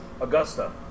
Augusta